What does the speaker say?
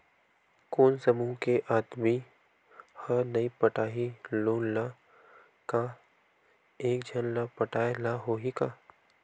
कोन समूह के आदमी हा नई पटाही लोन ला का एक झन ला पटाय ला होही का?